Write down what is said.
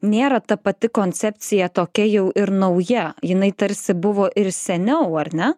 nėra ta pati koncepcija tokia jau ir nauja jinai tarsi buvo ir seniau ar ne